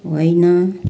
होइन